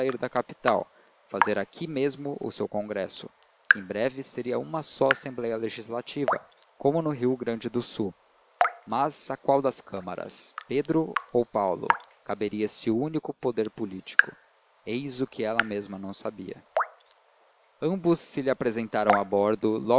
da capital fazer aqui mesmo o seu congresso que em breve seria uma só assembleia legislativa como no rio grande do sul mas a qual das câmaras pedro ou paulo caberia esse único poder político eis o que ela mesma não sabia ambos se lhe apresentaram a bordo